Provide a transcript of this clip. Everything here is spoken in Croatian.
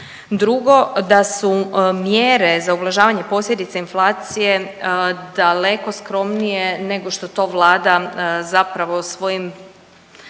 Drugo, da su mjere za ublažavanje posljedica inflacije daleko skromnije nego što to Vlada zapravo svojim